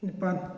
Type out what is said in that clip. ꯅꯤꯄꯥꯟ